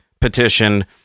petition